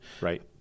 Right